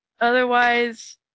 otherwise